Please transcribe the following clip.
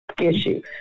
issue